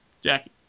Jackie